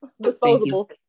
disposable